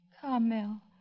Carmel